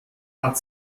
hat